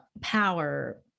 power